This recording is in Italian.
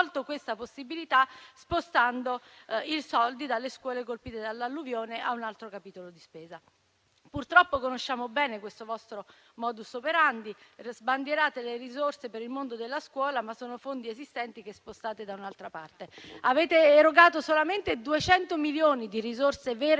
questa possibilità spostando i soldi dalle scuole colpite dall'alluvione a un altro capitolo di spesa. Purtroppo conosciamo bene questo vostro *modus operandi*. Sbandierate le risorse per il mondo della scuola, ma sono fondi esistenti che spostate da un'altra parte. Avete erogato solamente 200 milioni di risorse vere